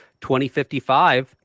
2055